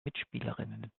mitspielerinnen